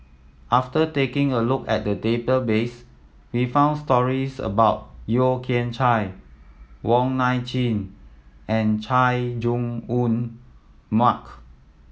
after taking a look at the database we found stories about Yeo Kian Chai Wong Nai Chin and Chay Jung Jun Mark